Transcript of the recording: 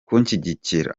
kunshyigikira